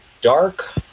dark